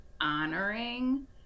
honoring